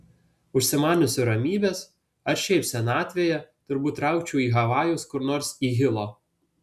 užsimaniusi ramybės ar šiaip senatvėje turbūt traukčiau į havajus kur nors į hilo